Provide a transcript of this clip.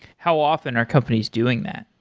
how often are companies doing that?